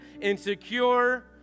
insecure